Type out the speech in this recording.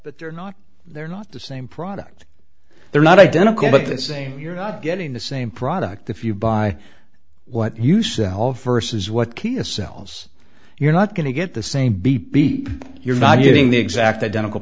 but they're not they're not the same product they're not identical but the same you're not getting the same product if you buy what you sell versus what key is sells you're not going to get the same beep beep you're not getting the exact identical